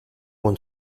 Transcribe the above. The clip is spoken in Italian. con